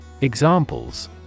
Examples